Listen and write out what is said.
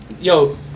yo